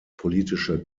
politische